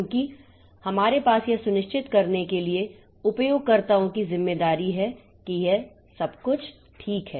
क्योंकि हमारे पास यह सुनिश्चित करने के लिए उपयोगकर्ताओं की जिम्मेदारी है कि यह सब कुछ ठीक है